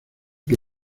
que